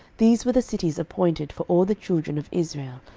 these were the cities appointed for all the children of israel,